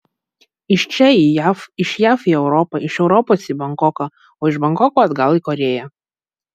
iš čia į jav iš jav į europą iš europos į bankoką o iš bankoko atgal į korėją